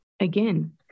again